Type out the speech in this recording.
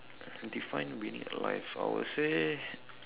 define winning in life I would say